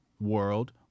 world